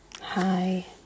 Hi